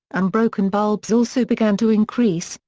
unbroken bulbs also began to increase,